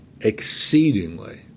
exceedingly